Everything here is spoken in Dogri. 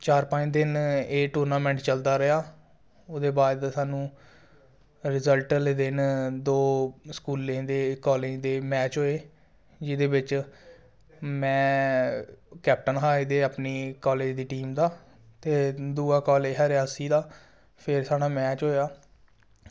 ते चार पंज दिन एह् टुर्नामेंट चलदा रेआ होर ओह्दे बाद सानूं रिजल्ट आह्ले दिन दो स्कूलें दे कॉलेज दे मैच होये जेह्दे बिच में एह् कैप्टन हा अपनी कॉलेज दी टीम दा ते दूआ कॉलेज हा रियासी दा ते फिर साढ़ा मैच होआ